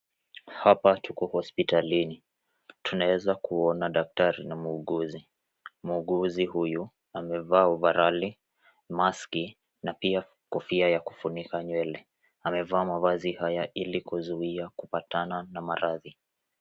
Hapa tuko kwa hospitalini. Tunaweza kuona daktari na muuguzi. Muuguzi huyu amevaa ovarali, mask na pia kofia ya kufunika nywele. Amevaa mavazi haya ili kuzuia kupatana na maradhi.